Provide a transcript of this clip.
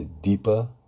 deeper